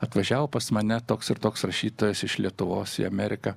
atvažiavo pas mane toks ir toks rašytojas iš lietuvos į ameriką